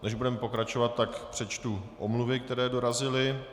Než budeme pokračovat, přečtu omluvy, které dorazily.